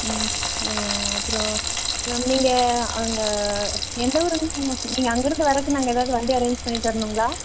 ம் அப்புறம் மேம் நீங்கள் அங்கே எந்த ஊர் நீங்கள் அங்கே இருந்து வரதுக்கு நாங்கள் எதாவது வண்டி அரேஞ்ச் பண்ணி தரணுங்களா